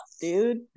dude